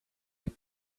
had